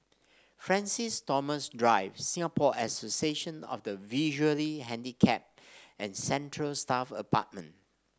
Francis Thomas Drive Singapore Association of the Visually Handicapped and Central Staff Apartment